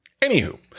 Anywho